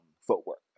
footwork